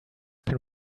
been